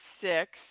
six